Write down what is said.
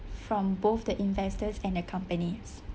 from both the investors and the companies